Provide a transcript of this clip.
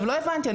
לא הבנתי,